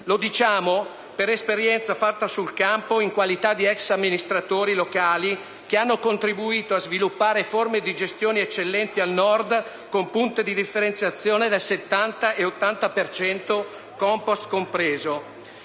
Lo diciamo per esperienza fatta sul campo in qualità di ex amministratori locali che hanno contribuito a sviluppare forme di gestione eccellenti al Nord, con punte di differenziazione del 70 e 80 per cento, *compost* compreso.